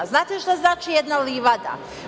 Znate šta znači jedna livada?